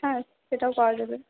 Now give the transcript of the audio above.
হ্যাঁ সেটাও পাওয়া যাবে